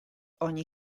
ogni